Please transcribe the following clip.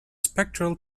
spectral